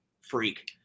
freak